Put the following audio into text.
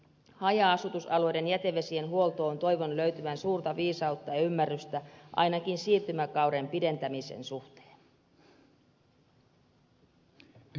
haja asutusalueiden jätevesien huoltoon toivon löytyvän suurta viisautta ja ymmärrystä ainakin siirtymäkauden pidentämisen suhteen